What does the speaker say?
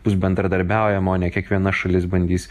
bus bendradarbiaujama o ne kiekviena šalis bandys